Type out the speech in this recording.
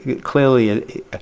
clearly